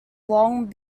long